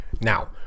Now